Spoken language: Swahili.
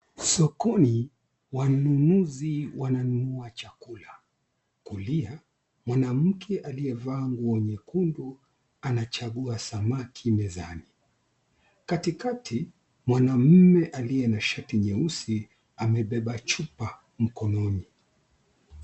Sokoni wanunuzi wananunua chakula, kulia mwanamke aliyevaa nguo nyekundu anachagua samaki mezani katikati mwanamume aliye na shati nyeusi amebeba chupa mkononi.